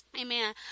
Amen